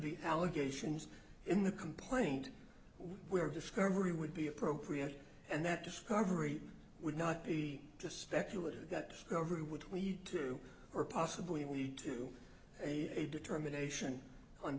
be allegations in the complaint where discovery would be appropriate and that discovery would not be just speculative got discovery would lead to or possibly lead to a determination on